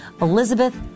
Elizabeth